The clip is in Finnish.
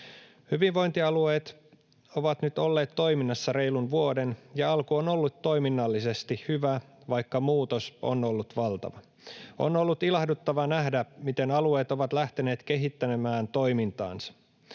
Hyvinvointialueet ovat nyt olleet toiminnassa reilun vuoden, ja alku on ollut toiminnallisesti hyvä, vaikka muutos on ollut valtava. On ollut ilahduttavaa nähdä, miten alueet ovat lähteneet kehittelemään toimintaansa.